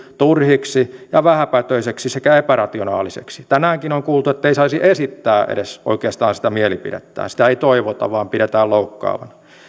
turhiksi ja vähäpätöisiksi sekä epärationaalisiksi tänäänkin on kuultu että ei saisi esittää edes oikeastaan sitä mielipidettään sitä ei toivota vaan pidetään loukkaavana